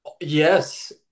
Yes